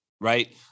Right